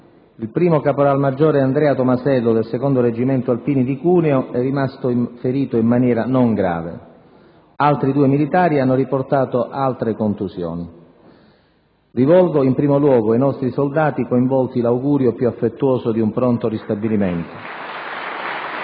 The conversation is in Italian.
Il primo caporale maggiore Andrea Tomasello, del 2° Reggimento Alpini di Cuneo è rimasto ferito in maniera non grave. Altri due militari hanno riportato alcune contusioni. Rivolgo in primo luogo ai nostri soldati coinvolti l'augurio più affettuoso di un pronto ristabilimento.